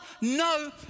No